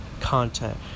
content